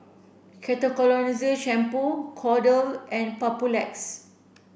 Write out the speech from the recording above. Ketoconazole Shampoo Kordel and Papulex